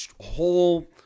whole